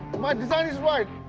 my design is right.